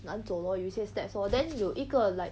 难走 lor 有一些 steps lor then 有一个 like